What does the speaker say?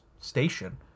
station